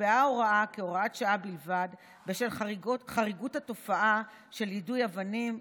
נקבעה ההוראה כהוראת שעה בלבד באשר לחריגות התופעה של יידוי אבנים,